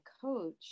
coach